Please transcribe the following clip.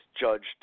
judged